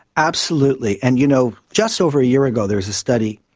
absolutely, and, you know, just over a year ago there was a study,